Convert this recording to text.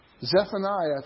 Zephaniah